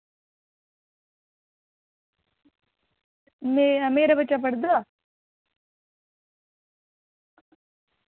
मेरा मेरा बच्चा पढ़दा